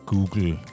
Google